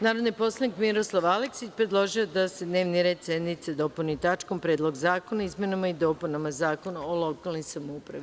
Narodni poslanik Miroslav Aleksić, predložio je da se dnevni red sednice dopuni tačkom Predlog zakona o izmenama i dopunama Zakona o lokalnoj samoupravi.